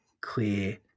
clear